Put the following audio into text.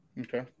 Okay